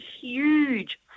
huge